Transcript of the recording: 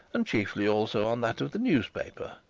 and chiefly also on that of the newspaper.